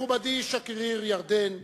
מכובדי, שגריר ירדן,